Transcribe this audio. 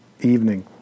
evening